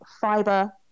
fiber